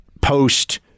post